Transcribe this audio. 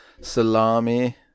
salami